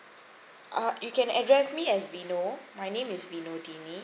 uh you can address me as vinod my name is vinodini